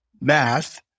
math